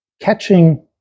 catching